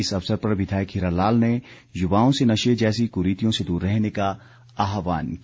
इस अवसर पर विधायक हीरालाल ने युवाओं से नशे जैसी कुरीतियों से दूर रहने का आहवान किया